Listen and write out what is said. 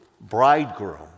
bridegroom